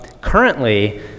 currently